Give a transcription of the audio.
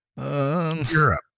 Europe